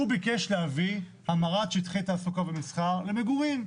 הוא ביקש להביא המרת שטחי תעסוקה ומסחר למגורים.